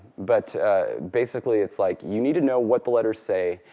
but basically it's like you need to know what the letters say,